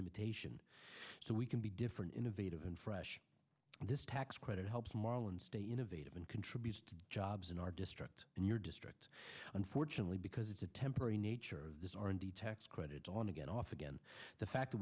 imitation so we can be different innovative and fresh and this tax credit helps marlen stay innovative and contributes to jobs in our district and your district unfortunately because it's a temporary nature this r and d tax credit on again off again the fact that